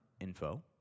info